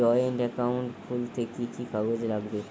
Joint account খুলতে কি কি কাগজ লাগবে?